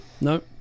no